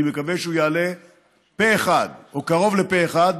אני מקווה שהוא יעלה פה אחד או קרוב לפה אחד,